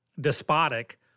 despotic